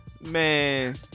Man